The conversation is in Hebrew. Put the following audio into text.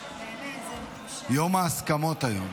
יום ההסכמות היום.